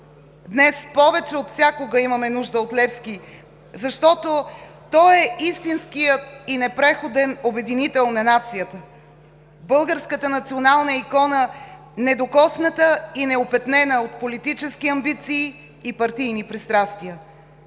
Днес повече отвсякога имаме нужда от Левски, защото той е истинският и непреходен обединител на нацията, българската национална икона, недокосната и неопетнена от политически амбиции и партийни пристрастия.